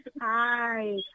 Hi